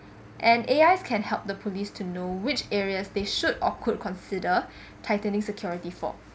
and A_I can help the police to know which areas they should or could consider tightening security for